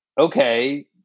Okay